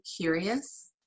curious